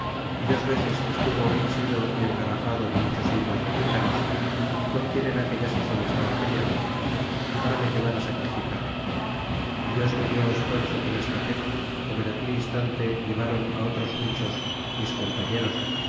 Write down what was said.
y dos veces estuve asido y engarrafado de muchos indios mexicanos con quien en aquella sazon estaba peleando para me llevar sacrificar y dios me lió esfuerzo que me escapé como en aquel instante ileváron otros muchos mis compañeros